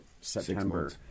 September